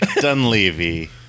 Dunleavy